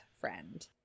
friend